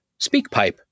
SpeakPipe